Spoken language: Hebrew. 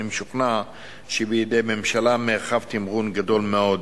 אני משוכנע שבידי הממשלה מרחב תמרון גדול מאוד.